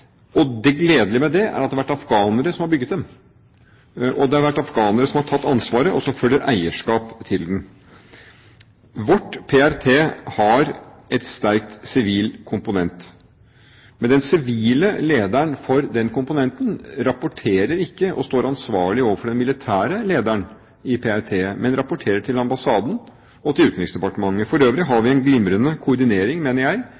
og det gledelige ved det er at det har vært afghanere som har bygget dem. Det har vært afghanere som har tatt ansvaret – og så følger eierskapet til dem. Vårt PRT har en sterk sivil komponent, men den sivile lederen for den komponenten rapporterer ikke og står ikke ansvarlig overfor den militære lederen i PRT, men rapporterer til ambassaden og til Utenriksdepartementet. For øvrig har vi en glimrende koordinering, mener jeg,